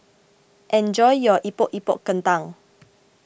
enjoy your Epok Epok Kentang